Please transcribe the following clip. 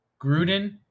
Gruden